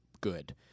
good